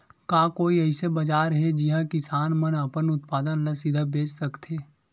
का कोई अइसे बाजार हे जिहां किसान मन अपन उत्पादन ला सीधा बेच सकथे?